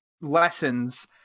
lessons